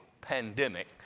pandemic